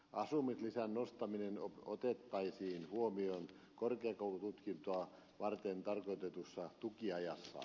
asumislisän nostaminen otettaisiin huomioon korkeakoulututkin toa varten tarkoitetussa tukiajassa